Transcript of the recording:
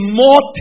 more